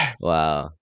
Wow